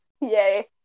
Yay